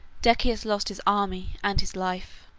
decius lost his army and his life.